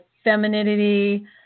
femininity